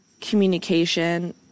communication